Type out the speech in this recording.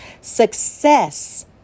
Success